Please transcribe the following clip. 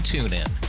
TuneIn